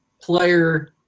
player